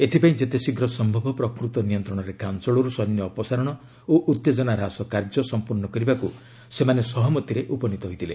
ଏଥିପାଇଁ ଯେତେ ଶୀଘ୍ର ସମ୍ଭବ ପ୍ରକୃତ ନିୟନ୍ତ୍ରଣ ରେଖା ଅଞ୍ଚଳରୁ ସୈନ୍ୟ ଅପସାରଣ ଓ ଉତ୍ତେଜନା ହ୍ରାସ କାର୍ଯ୍ୟ ସମ୍ପର୍ଣ୍ଣ କରିବାକୁ ସେମାନେ ସହମତିରେ ଉପନୀତ ହୋଇଥିଲେ